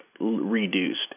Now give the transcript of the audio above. reduced